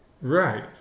Right